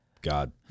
God